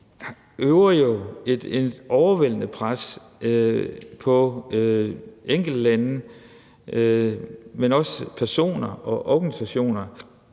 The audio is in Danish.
lægger jo et overvældende pres på enkeltlande, men også på personer og organisationer,